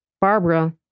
Barbara